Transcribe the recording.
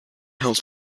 house